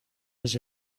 his